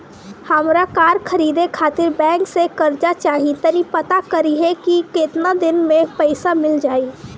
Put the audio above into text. हामरा कार खरीदे खातिर बैंक से कर्जा चाही तनी पाता करिहे की केतना दिन में पईसा मिल जाइ